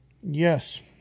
Yes